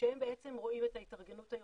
שהם רואים את ההתארגנות העירונית,